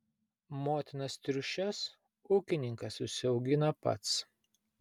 motinas triušes ūkininkas užsiaugina pats